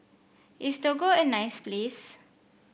is Togo a nice place